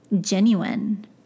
genuine